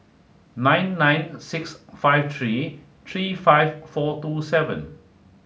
nine nine six five three three five four two seven